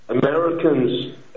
Americans